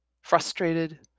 frustrated